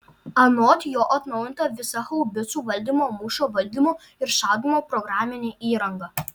anot jo atnaujinta visa haubicų valdymo mūšio valdymo ir šaudymo programinė įranga